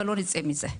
לא נצא מזה.